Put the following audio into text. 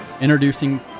Introducing